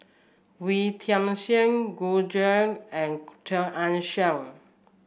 Wee Tian Siak Gu Juan and Chia Ann Siang